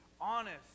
honest